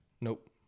Nope